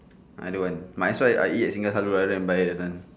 I don't want might as well I eat at singgah selalu then buy that one